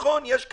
נכון, יש כאלה,